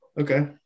okay